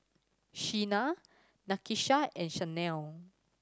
Shena Nakisha and Shanell